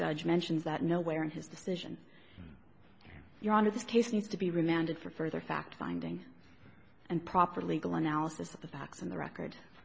judge mentions that nowhere in his decision your honor this case needs to be remanded for further fact finding and proper legal analysis of the facts in the record